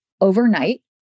overnight